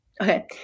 Okay